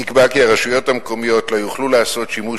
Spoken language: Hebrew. נקבע כי הרשויות המקומיות לא יוכלו לעשות שימוש